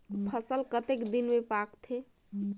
फसल कतेक दिन मे पाकथे?